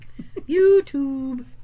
YouTube